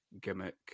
gimmick